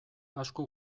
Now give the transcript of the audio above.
asko